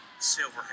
Silver